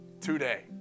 today